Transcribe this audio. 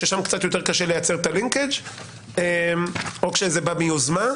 שם קצת יותר קשה לייצר את הלינקג' או כשזה בא ביוזמה.